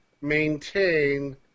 maintain